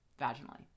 vaginally